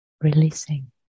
releasing